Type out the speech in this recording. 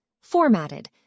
Formatted